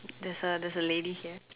there's a there's a lady here